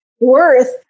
worth